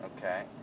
Okay